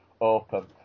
open